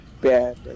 bad